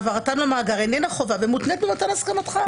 העברתן למאגר איננה חובה ומותנית במתן ההסכמה שלו.